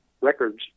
records